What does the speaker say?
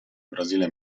brasile